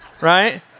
Right